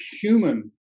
human